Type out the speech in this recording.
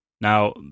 Now